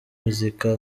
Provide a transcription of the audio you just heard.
muzika